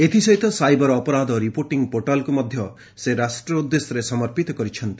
ଏଥିସହିତ ସାଇବର ଅପରାଧ ରିପୋର୍ଟିଂ ପୋଟାଲ୍କୁ ମଧ୍ଧରେ ରାଷ୍ଟ ଉଦ୍ଦେଶ୍ୟରେ ସମର୍ପିତ କରିଛନ୍ତି